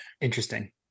Interesting